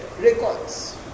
records